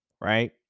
right